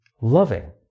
loving